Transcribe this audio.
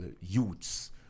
youths